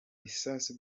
bisasu